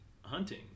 hunting